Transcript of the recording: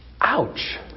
Ouch